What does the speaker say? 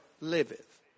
liveth